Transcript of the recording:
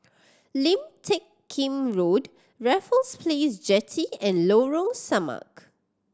Lim Teck Kim Road Raffles Place Jetty and Lorong Samak